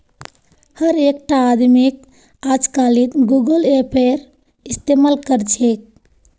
हर एकटा आदमीक अजकालित गूगल पेएर इस्तमाल कर छेक